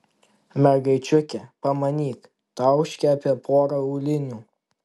mergaičiukė pamanyk tauškia apie porą aulinių